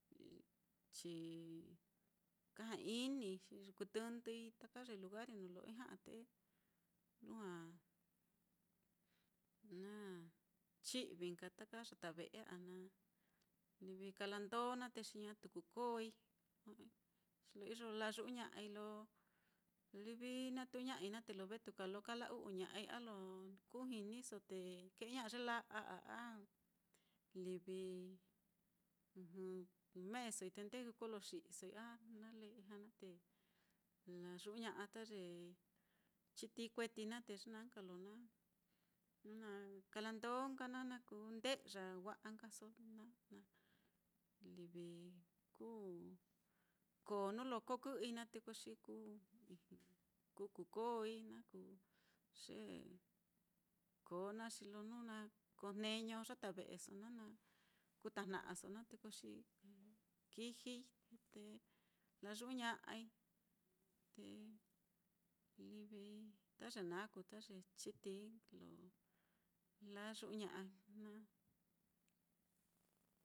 Chikaja-ini xi iyo kuu tɨndɨi taka ye lugari nuu lo ijña á te lujua na chi'vi nka taka ta yata ve'e á na livi kala ndó naá te xi ñatu kuu kooi, xi lo iyo layu'uña'ai lo livi na tuuña'ai naá te lo vetuka lo kala-u'uña'ai a lo kú jiniso, te ke'eña'a ye la'a á, a livi meesoi te nde kuu koloxi'isoi a nale ijña naá te layu'uña'a ta ye chitií kueti naá, te ye na nka lo na jnu na kala ndó nka naá, na kunde'ya wa'a nkaso livi kú koo nuu lo kokɨ'ɨi naá, te ko xi kú kuu kooi. Na kuu ye koo naá xi lo jnu na koo jneño yata ve'eso naá na, kú tajnaso naá te ko xi kijii, te layu'uña'ai, te livi ta ye naá kuu ta ye chitií lo layu'uña'a naá.